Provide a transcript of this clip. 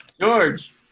George